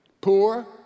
poor